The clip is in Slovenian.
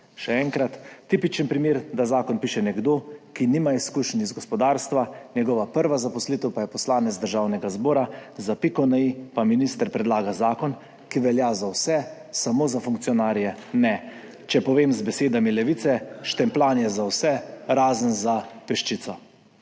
še enkrat". Tipičen primer, da zakon piše nekdo, ki nima izkušenj iz gospodarstva, njegova prva zaposlitev pa je poslanec Državnega zbora. Za piko na i pa minister predlaga zakon, ki velja za vse, samo za funkcionarje ne. Če povem z besedami Levice: štempljanje za vse, razen za peščico.